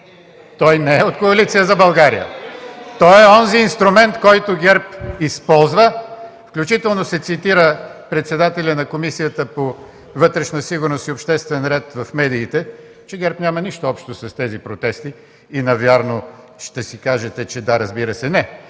„За Ахмед Доган ли говориш?”) Той е онзи инструмент, който ГЕРБ използва, включително се цитира председателят на Комисията по вътрешна сигурност и обществен ред в медиите, че ГЕРБ няма нищо общо с тези протести и навярно ще си кажете – да, разбира се, че